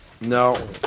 No